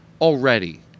already